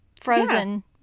frozen